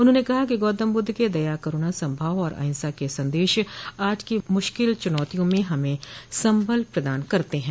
उन्होंने कहा कि गौतमबुद्ध के दया करूणा समभाव और अहिंसा के संदेश आज की मुश्किल चुनौतियों में हमें संबल प्रदान करते हैं